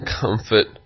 comfort